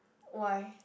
why